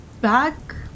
back